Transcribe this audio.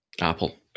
Apple